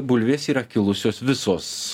bulvės yra kilusios visos